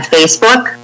Facebook